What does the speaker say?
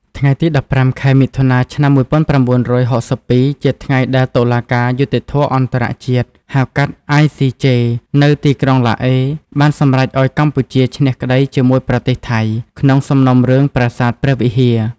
ថ្ងៃទី១៥ ខែមិថុនា ឆ្នាំ១៩៦២ ជាថ្ងៃដែលតុលាការយុត្តិធម៌អន្តរជាតិ (ហៅកាត់ ICJ) នៅទីក្រុងឡាអេ បានសម្រេចឱ្យកម្ពុជាឈ្នះក្តីជាមួយប្រទេសថៃ ក្នុងសំណុំរឿងប្រាសាទព្រះវិហារ។